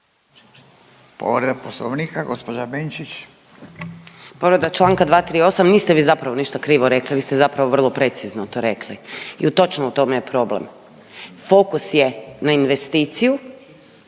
**Benčić, Sandra (Možemo!)** Povreda čl. 238., niste vi zapravo ništa krivo rekli, vi ste zapravo vrlo precizno to rekli i točno u tome je problem. Fokus je na investiciju